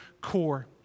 core